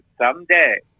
someday